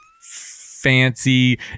fancy